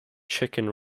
chicken